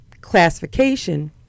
classification